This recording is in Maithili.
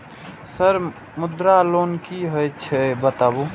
सर मुद्रा लोन की हे छे बताबू?